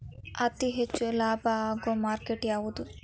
ಅತಿ ಹೆಚ್ಚು ಲಾಭ ಆಗುವ ಮಾರ್ಕೆಟ್ ಯಾವುದು?